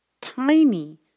tiny